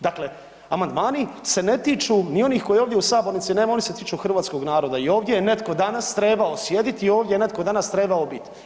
Dakle, amandmani se ne tiču ni onih kojih ovdje u sabornici nema, oni se tiču hrvatskog naroda i ovdje je netko danas trebao sjediti ovdje, ovdje je netko danas trebao bit.